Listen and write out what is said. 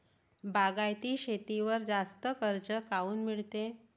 बागायती शेतीवर जास्त कर्ज काऊन मिळते?